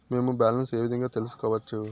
మేము బ్యాలెన్స్ ఏ విధంగా తెలుసుకోవచ్చు?